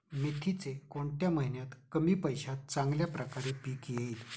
मेथीचे कोणत्या महिन्यात कमी पैशात चांगल्या प्रकारे पीक येईल?